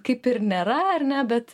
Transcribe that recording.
kaip ir nėra ar ne bet